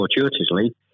fortuitously